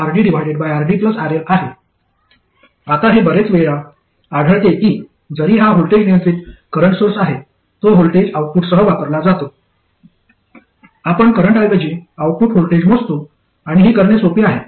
आता हे बरेच वेळा आढळते की जरी हा व्होल्टेज नियंत्रित करंट सोर्स आहे तो व्होल्टेज आउटपुटसह वापरला जातो आपण करंटऐवजी आउटपुट व्होल्टेज मोजतो आणि हे करणे सोपे आहे